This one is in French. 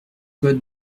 code